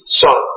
son